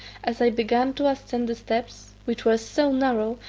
as i began to ascend the steps, which were so narrow,